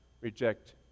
reject